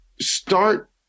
start